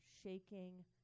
shaking